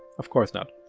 of course not.